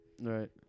right